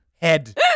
Head